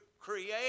create